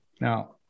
Now